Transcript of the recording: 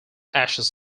ashes